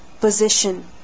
position